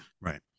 right